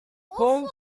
forms